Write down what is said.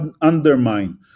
undermine